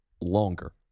longer